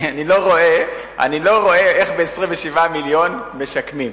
אני לא רואה איך ב-27 מיליון משקמים.